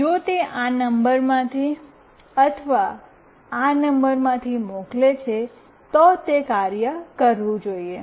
જો તે આ નંબરમાંથી અથવા આ નંબરમાંથી મોકલે છે તો તે કાર્ય કરવું જોઈએ